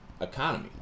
Economy